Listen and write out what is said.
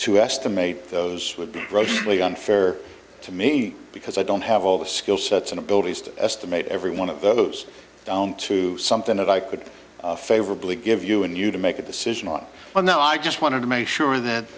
to estimate those would be grossly unfair to me because i don't have all the skill sets and abilities to estimate every one of those down to something that i could favorably give you and you to make a decision not on no i just wanted to make sure that